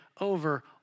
over